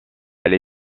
elle